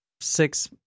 six